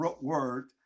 word